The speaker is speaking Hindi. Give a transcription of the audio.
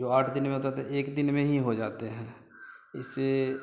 जो आठ दिन में होता था वे एक दिन में ही हो जाते हैं इससे